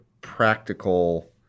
practical